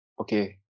okay